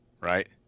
Right